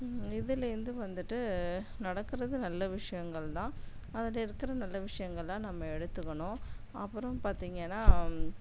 இதுலேந்து வந்துவிட்டு நடக்குறது நல்ல விஷயங்கள் தான் அதில் இருக்கிற நல்ல விஷயங்களை நம்ம எடுத்துக்கணும் அப்புறம் பார்த்தீங்கனா